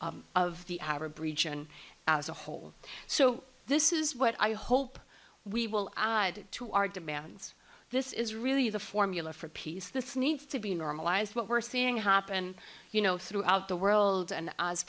of the arab region as a whole so this is what i hope we will add to our demands this is really the formula for peace this needs to be normalized what we're seeing happen you know throughout the world and